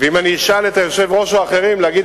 ואם אני אבקש מהיושב-ראש או מאחרים להגיד